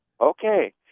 Okay